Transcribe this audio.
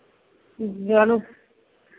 चलू